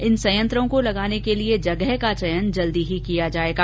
इन संयंत्रों को लगाने के लिए जगह का चयन जल्दी ही किया जाएगा